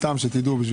סתם שתדעו.